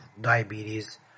diabetes